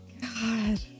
God